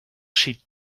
chez